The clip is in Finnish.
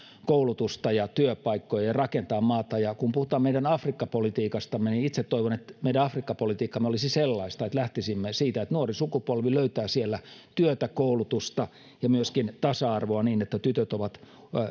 koulutusta ja työpaikkoja ja rakentaa maata kun puhutaan meidän afrikka politiikastamme niin itse toivon että meidän afrikka politiikkamme olisi sellaista että lähtisimme siitä että nuori sukupolvi löytää siellä työtä koulutusta ja myöskin tasa arvoa niin että tytöt ovat